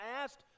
asked